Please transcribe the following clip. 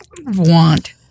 want